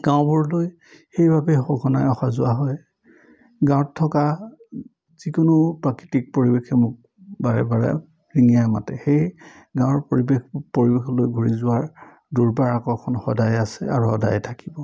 গাঁওবোৰলৈ সেইবাবেই সঘনাই অহা যোৱা হয় গাঁৱত থকা যিকোনো প্ৰাকৃতিক পৰিৱেশে মোক বাৰে বাৰে ৰিঙিয়াই মাতে সেই গাঁৱৰ পৰিৱেশ পৰিৱেশলৈ ঘূৰি যোৱাৰ দুৰ্বাৰ আকৰ্ষণ সদায় আছে আৰু সদায়ে থাকিব